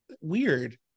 weird